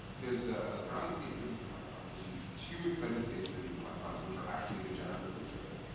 there's a ground state for these electrons and two excited states for these electrons, which are actually degenerate with each other.